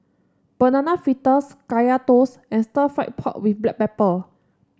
Banana Fritters Kaya Toast and Stir Fried Pork with Black Pepper